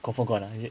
confirm gone ah is it